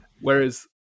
Whereas